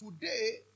Today